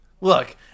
Look